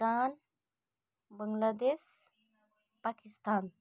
Bhutan Bangladesh Pakistan